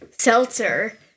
Seltzer